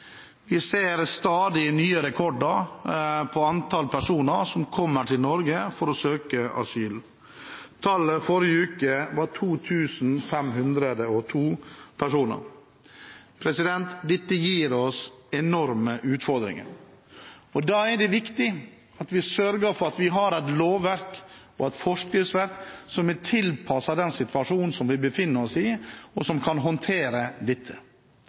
Vi ser stadig nye rekorder når det gjelder antall personer som kommer til Norge for å søke asyl. Tallet forrige uke var 2 502 personer. Dette gir oss enorme utfordringer. Da er det viktig at vi sørger for å ha et lov- og forskriftsverk som er tilpasset den situasjonen vi befinner oss i, og som kan håndtere dette.